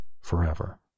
forever